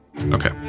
Okay